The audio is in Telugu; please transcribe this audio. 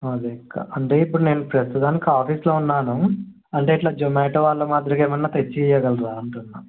అదే అక్క అంటే ఇప్పుడు నేను ప్రస్తుతానికి ఆఫీస్లో ఉన్నాను అంటే ఇట్లా జొమాటో వాళ్ళ మాదిరిగా ఏమైనా తెచ్చి ఇవ్వగలరా అంటున్నాను